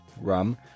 rum